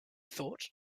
thought